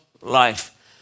life